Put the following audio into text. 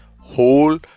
whole